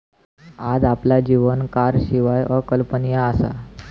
आज आपला जीवन कारशिवाय अकल्पनीय असा